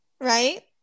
right